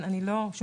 שוב,